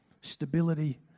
Stability